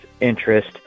interest